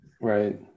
Right